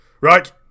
Right